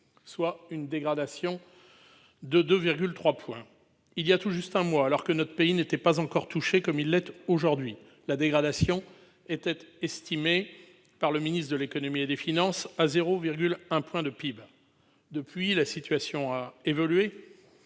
soit une dégradation de 2,3 points. Il y a tout juste un mois, alors que notre pays n'était pas encore touché comme aujourd'hui, la dégradation était estimée par le ministre de l'économie et des finances à 0,1 point de PIB. Depuis, la situation a évolué,